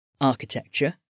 Architecture